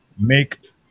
make